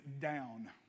down